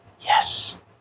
Yes